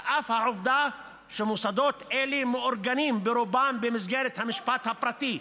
על אף העובדה שמוסדות אלה מאורגנים ברובם במסגרת המשפט הפרטי,